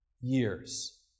years